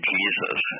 Jesus